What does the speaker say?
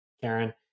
Karen